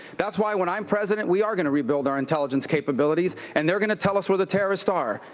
that's why when i'm president we are going to rebuild our intelligence capabilities. and they're going to tell us where the terrorists are.